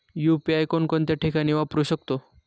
UPI कोणकोणत्या ठिकाणी वापरू शकतो?